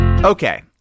Okay